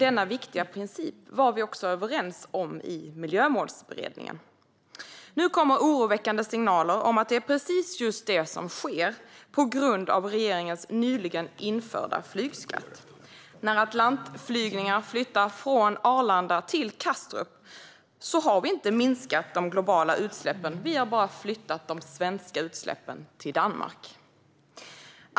Denna viktiga princip var vi också överens om i Miljömålsberedningen. Nu kommer oroväckande signaler om att det är precis just detta som sker på grund av regeringens nyligen införda flygskatt. När Atlantflygningar flyttar från Arlanda till Kastrup har vi inte minskat de globala utsläppen, utan vi har bara flyttat de svenska utsläppen till Danmark.